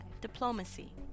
Diplomacy